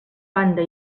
banda